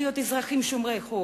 להיות אזרחים שומרי חוק,